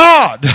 God